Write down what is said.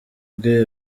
bwe